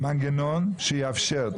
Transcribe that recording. כל זמן שיש אפשרות